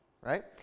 right